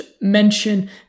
mention